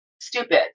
stupid